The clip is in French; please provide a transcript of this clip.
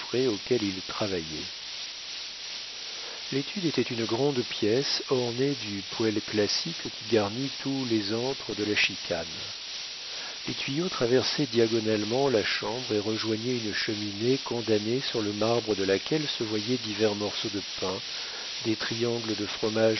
il travaillait l'étude était une grande pièce ornée du poêle classique qui garnit tous les antres de la chicane les tuyaux traversaient diagonalement la chambre et rejoignaient une cheminée condamnée sur le marbre de laquelle se voyaient divers morceaux de pain des triangles de fromage